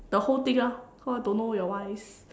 the whole thing ah cause I don't know your one is